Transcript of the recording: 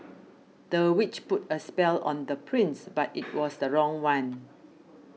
the witch put a spell on the prince but it was the wrong one